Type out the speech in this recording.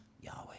Yahweh